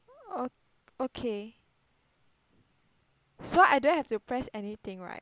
oh okay so I don't have to press anything right